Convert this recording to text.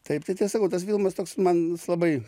taip tai ten sakau tas filmas toks man labai